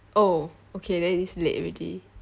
oh okay then it's late already